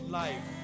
life